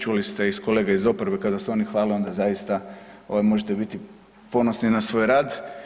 Čuli ste i s kolega iz oporbe, kad vas oni hvale, onda zaista možete biti ponosni na svoj rad.